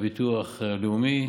יש את השכבה הבסיסית של הביטוח הלאומי,